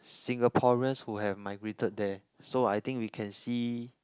Singaporeans who had migrated there so I think we can see